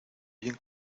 bien